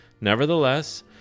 Nevertheless